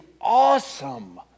awesome